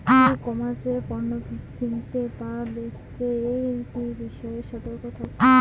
ই commerce এ পণ্য কিনতে বা বেচতে কি বিষয়ে সতর্ক থাকব?